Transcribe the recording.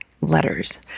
letters